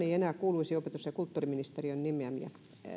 ei enää kuuluisi opetus ja kulttuuriministeriön nimeämää